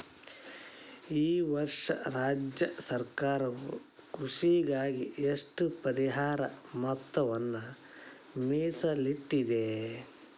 ಈ ವರ್ಷ ರಾಜ್ಯ ಸರ್ಕಾರವು ಕೃಷಿಗಾಗಿ ಎಷ್ಟು ಪರಿಹಾರ ಮೊತ್ತವನ್ನು ಮೇಸಲಿಟ್ಟಿದೆ?